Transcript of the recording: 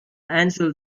angel